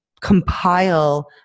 compile